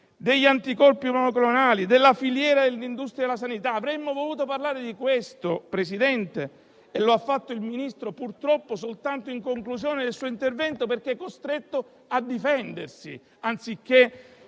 degli anticorpi monoclonali, della filiera dell'industria della sanità. Avremmo voluto parlare di tutto questo, signor Presidente, e lo ha fatto il Ministro, purtroppo soltanto in conclusione del suo intervento perché costretto a difendersi, anziché